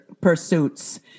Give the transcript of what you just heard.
Pursuits